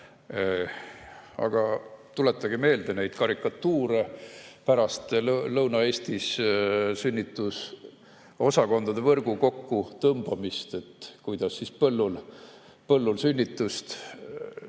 Aga tuletage meelde neid karikatuure pärast Lõuna-Eesti sünnitusosakondade võrgu kokkutõmbamist, kuidas oli põllul sünnitus.